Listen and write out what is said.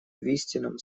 истинном